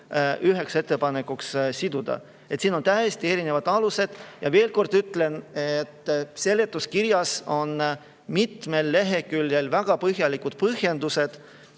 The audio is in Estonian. üheks ettepanekuks siduda. Siin on täiesti erinevad alused. Veel kord ütlen, et seletuskirjas on väga põhjalikud põhjendused,